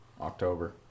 October